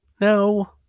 No